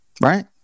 right